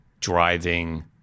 driving